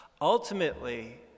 ultimately